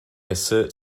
assert